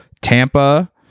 Tampa